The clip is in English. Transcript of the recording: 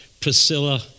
Priscilla